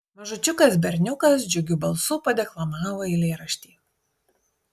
mažučiukas berniukas džiugiu balsu padeklamavo eilėraštį